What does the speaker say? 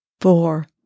four